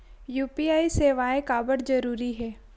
UPI सेवाएं काबर जरूरी हे?